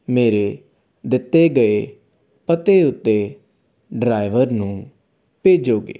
ਮੇਰੇ ਦਿੱਤੇ ਗਏ ਪਤੇ ਉੱਤੇ ਡਰਾਈਵਰ ਨੂੰ ਭੇਜੋਗੇ